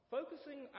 Focusing